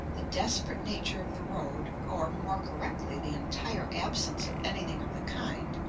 the desperate nature of the road, or, more correctly, the entire absence of anything of the kind,